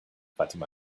fatima